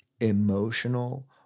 emotional